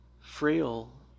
frail